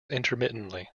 intermittently